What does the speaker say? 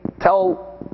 tell